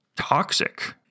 toxic